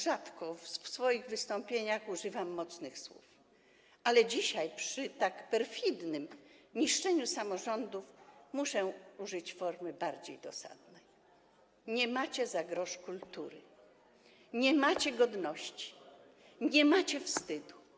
Rzadko w swoich wystąpieniach używam mocnych słów, ale dzisiaj przy tak perfidnym niszczeniu samorządów muszę użyć formy bardziej dosadnej: nie macie za grosz kultury, nie macie godności, nie macie wstydu.